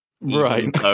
Right